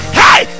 hey